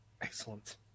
excellent